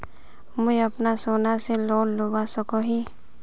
मुई अपना सोना से लोन लुबा सकोहो ही?